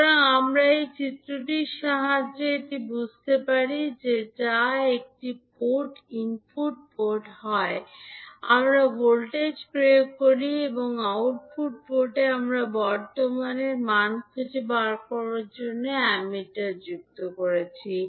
সুতরাং আমরা এই চিত্রটির সাহায্যে এটি বুঝতে পারি যা একটি পোর্টে ইনপুট পোর্ট হয় আমরা ভোল্টেজ প্রয়োগ করছি এবং আউটপুট পোর্টে আমরা বর্তমানের মান খুঁজে বের করার জন্য অ্যামিটার যুক্ত করছি